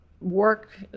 work